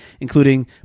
including